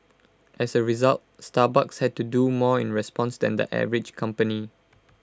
as A result Starbucks had to do more in response than the average company